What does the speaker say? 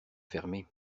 fermée